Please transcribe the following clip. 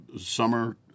summer